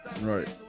right